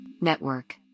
Network